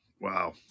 Wow